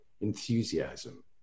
enthusiasm